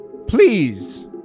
Please